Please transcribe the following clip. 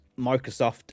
Microsoft